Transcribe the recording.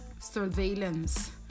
Surveillance